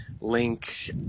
link